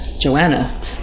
Joanna